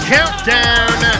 Countdown